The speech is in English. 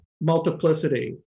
multiplicity